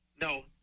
No